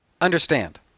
Understand